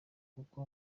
kuko